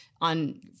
on